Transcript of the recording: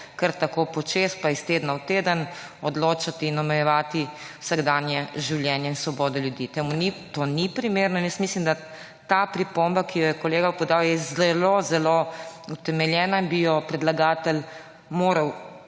kar tako počez pa iz tedna v teden odločati in omejevati vsakdanje življenje in svobodo ljudi. To ni primerno. Jaz mislim, da ta pripomba, ki jo je kolega podal, je zelo utemeljena in bi jo predlagatelj moral